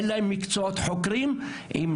אין להם מקצועות חוקרים עם,